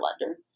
lender